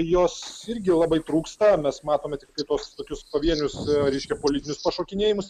jos irgi labai trūksta mes matome tuos tokius pavienius reiškia politinius pašokinėjus